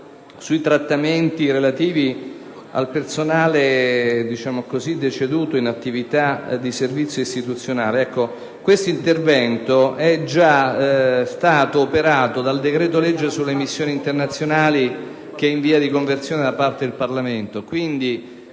sui trattamenti relativi al personale deceduto in attività di servizio istituzionale che è già stato operato dal decreto-legge sulle missioni internazionali in via di conversione da parte del Parlamento.